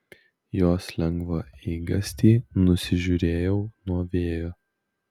jos lengvą eigastį nusižiūrėjau nuo vėjo